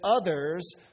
others